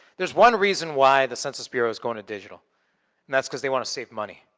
there's one reason why the census bureau is going digital. and that's because they want to save money.